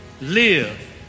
Live